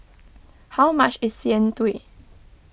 how much is Jian Dui